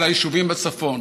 על היישובים בצפון.